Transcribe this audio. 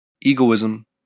egoism